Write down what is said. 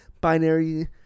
binary